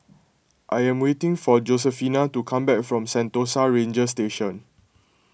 I am waiting for Josefina to come back from Sentosa Ranger Station